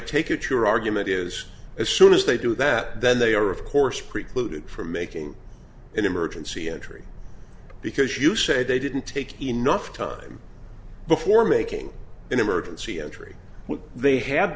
take it your argument is as soon as they do that then they are of course precluded from making an emergency entry because you said they didn't take enough time before making an emergency entry when they had